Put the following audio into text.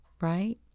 right